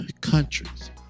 Countries